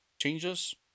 changes